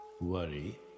worry